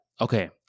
okay